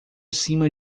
cima